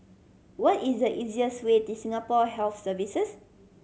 what is the easiest way to Singapore Health Services